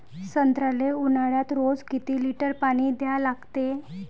संत्र्याले ऊन्हाळ्यात रोज किती लीटर पानी द्या लागते?